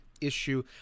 issue